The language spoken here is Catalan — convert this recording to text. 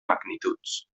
magnituds